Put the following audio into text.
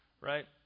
right